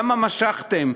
למה משכתם?